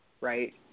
right